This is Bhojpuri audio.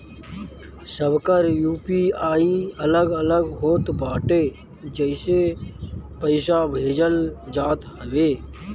सबकर यू.पी.आई अलग अलग होत बाटे जेसे पईसा भेजल जात हवे